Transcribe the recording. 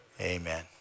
amen